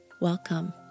Welcome